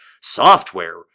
software